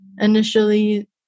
initially